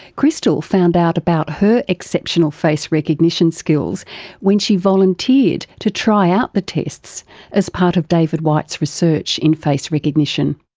christel found out about her exceptional face recognition skills when she volunteered to try out the tests as part of david white's research in face recognition.